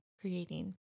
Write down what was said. creating